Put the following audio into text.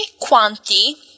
quanti